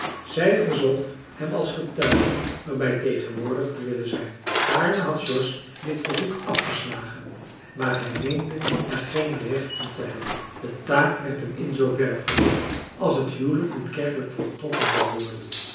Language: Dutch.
zij verzocht hem als getuige er bij tegenwoordig te willen zijn gaarne had george dit verzoek afgeslagen maar hij meende er geen recht toe te hebben de taak werd hem inmarcellus emants een drietal novellen zooverre verlicht als het huwelijk niet kerkelijk voltrokken zou worden